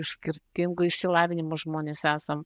iš skirtingo išsilavinimo žmonės esam